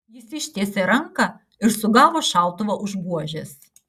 jis ištiesė ranką ir sugavo šautuvą už buožės